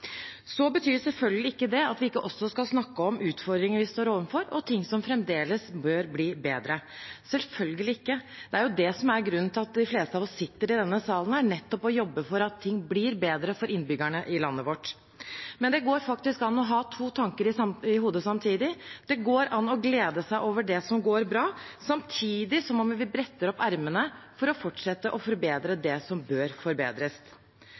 betyr selvfølgelig ikke at vi ikke også skal snakke om utfordringer vi står overfor, og ting som fremdeles bør bli bedre – selvfølgelig ikke. Det er jo nettopp det som er grunnen til at de fleste av oss sitter i denne salen: å jobbe for at ting blir bedre for innbyggerne i landet vårt. Men det går faktisk an å ha to tanker i hodet samtidig. Det går an å glede seg over det som går bra, samtidig som vi bretter opp ermene for å fortsette å forbedre det som bør forbedres.